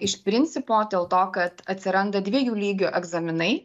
iš principo dėl to kad atsiranda dviejų lygių egzaminai